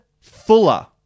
fuller